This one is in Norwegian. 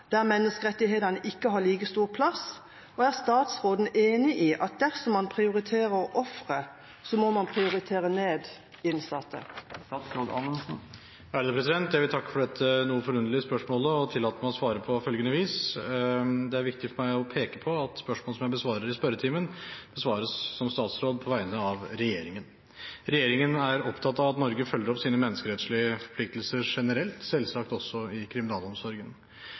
der menneskerettighetene ikke har like stor plass, og er statsråden enig i at dersom man prioriterer ofrene, så må man prioritere ned innsatte?» Jeg vil takke for dette noe forunderlige spørsmålet og tillate meg å svare på følgende vis: Det er viktig for meg å peke på at spørsmål som jeg besvarer i spørretimen, besvares av statsråden på vegne av regjeringen. Regjeringen er opptatt av at Norge følger opp sine menneskerettslige forpliktelser generelt, selvsagt også i kriminalomsorgen.